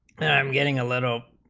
um getting a little